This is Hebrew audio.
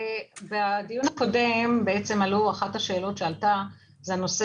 בדיון הקודם אחת השאלות שעלו זה נושא